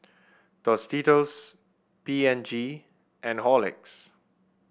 Tostitos P and G and Horlicks